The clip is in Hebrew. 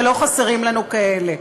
ולא חסרים לנו כאלה.